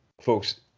folks